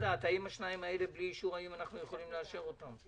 האם אנחנו יכולים לאשר את שני הפרויקטים שאין להם אישור סטטוטורי?